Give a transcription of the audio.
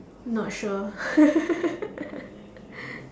not sure